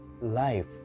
life